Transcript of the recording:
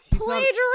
plagiarism